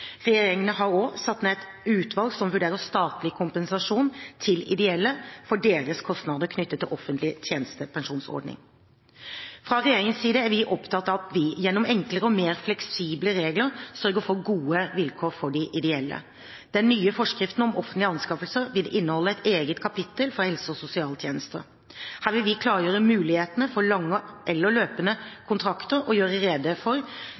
Regjeringen har også satt ned et utvalg som vurderer statlig kompensasjon til ideelle for deres kostnader knyttet til offentlig tjenestepensjonsordning. Fra regjeringens side er vi opptatt av at vi gjennom enklere og mer fleksible regler sørger for gode vilkår for de ideelle. Den nye forskriften om offentlige anskaffelser vil inneholde et eget kapittel om helse- og sosialtjenester. Her vil vi klargjøre mulighetene for lange eller løpende kontrakter og gjøre rede for